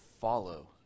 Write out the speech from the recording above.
follow